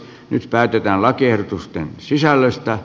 nyt päätetään lakiehdotusten sisällöstä